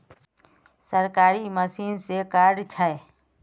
सरकारी मशीन से कार्ड छै?